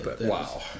Wow